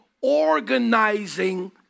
organizing